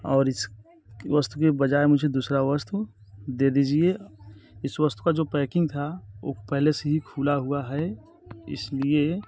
और इस वस्तू के बजाय मुझे दूसरा वस्तु दे दीजिए इस वस्तु का जो पैकिंग था वो पहले से ही खुला हुआ है इस लिए